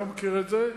אני לא מכיר את זה.